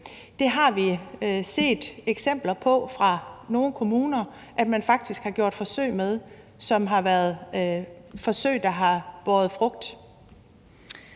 Det har vi set eksempler på at man i nogle kommuner faktisk har lavet forsøg med, og det har været forsøg, der har båret frugt.